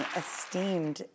esteemed